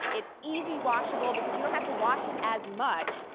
it's easy washable because you don't have to wash it as much.